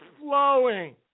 flowing